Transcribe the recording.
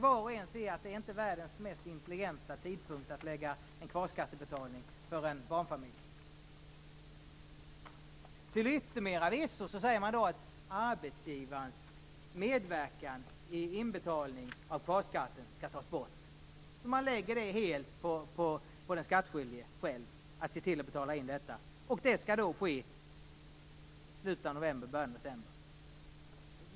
Var och en kan se att det inte är världens mest intelligenta tidpunkt att lägga en kvarskattebetalning för en barnfamilj på. Till yttermera visso säger man att arbetsgivarens medverkan vid inbetalning av kvarskatten skall tas bort. Man lägger helt på den skattskyldige själv att se till att betala. Det skall då ske runt slutet av november och början av december.